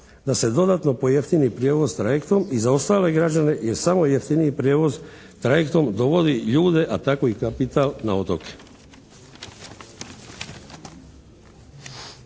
da se dodatno pojeftini prijevoz trajektom i za ostale građane i samo jeftiniji prijevoz trajektom dovodi ljude, a tako i kapital na otoke.